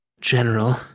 General